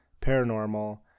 Paranormal